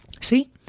See